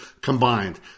combined